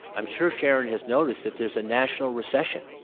i'm sure sharon has noticed that there's a national recession.